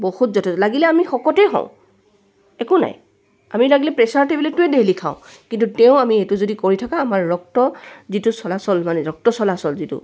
বহুত যথেষ্ট লাগিলে আমি শকতেই হওঁ একো নাই আমি লাগিলে প্ৰেচাৰৰ টেবলেটটোৱে ডেইলি খাওঁ কিন্তু তেও আমি যদি এইটো কৰি থাকোঁ আমাৰ ৰক্তৰ যিটো চলাচল মানে ৰক্ত চলাচল যিটো